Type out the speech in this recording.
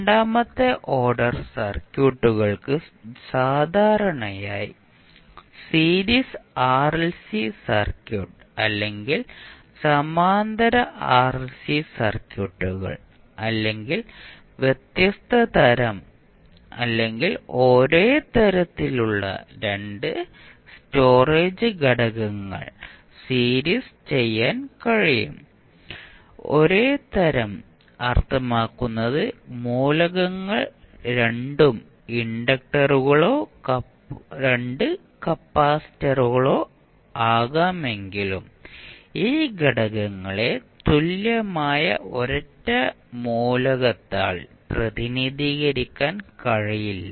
രണ്ടാമത്തെ ഓർഡർ സർക്യൂട്ടുകൾക്ക് സാധാരണയായി സീരീസ് RLC സർക്യൂട്ട് അല്ലെങ്കിൽ സമാന്തര RLC സർക്യൂട്ടുകൾ അല്ലെങ്കിൽ വ്യത്യസ്ത തരം അല്ലെങ്കിൽ ഒരേ തരത്തിലുള്ള 2 സ്റ്റോറേജ് ഘടകങ്ങൾ സീരീസ് ചെയ്യാൻ കഴിയും ഒരേ തരം അർത്ഥമാക്കുന്നത് മൂലകങ്ങൾ 2 ഇൻഡക്റ്ററുകളോ 2 കപ്പാസിറ്ററുകളോ ആകാമെങ്കിലും ഈ ഘടകങ്ങളെ തുല്യമായ ഒരൊറ്റ മൂലകത്താൽ പ്രതിനിധീകരിക്കാൻ കഴിയില്ല